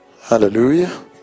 hallelujah